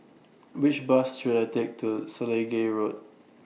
Which Bus should I Take to Selegie Road